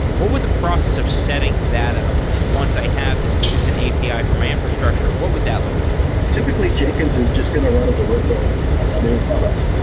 what would the process of setting that up once i have this consistent api for my infrastructure, what would that look like? typically, jenkins is just going to run as a workload um a layer above us,